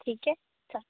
ठीक आहे चल